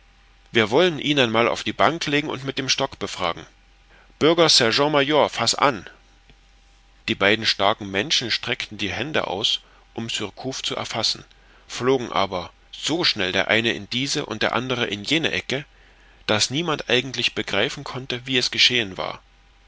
wir wollen ihn einmal auf die bank legen und mit dem stock befragen bürger sergent major faß an die beiden starken menschen streckten die hände aus um surcouf zu erfassen flogen aber so schnell der eine in diese und der andere in jene ecke daß niemand eigentlich begreifen konnte wie es geschehen war